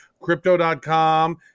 Crypto.com